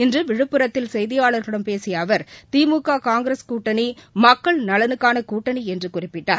இன்று விழுப்புரத்தில் செய்தியாளர்களிடம் பேசிய அவர் திமுக காங்கிரஸ் கூட்டணி மக்கள் நலனுக்கான கூட்டணி என்று குறிப்பிட்டார்